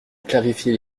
clarifier